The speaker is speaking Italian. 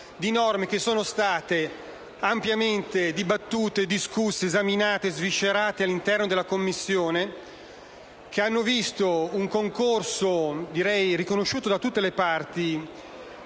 di norme che sono state ampiamente dibattute, discusse, esaminate e sviscerate all'interno della Commissione. Tali norme hanno visto un concorso del Parlamento, riconosciuto da tutte le parti